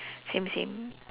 same same